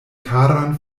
karan